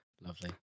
Lovely